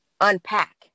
unpack